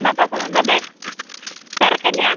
എന്നാപ്പാ സുഖം തന്നെ തിരക്ക് തന്നെയാണോ